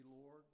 Lord